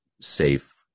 safe